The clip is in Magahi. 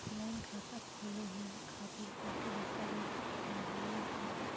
ऑफलाइन खाता खोलहु खातिर की की दस्तावेज चाहीयो हो?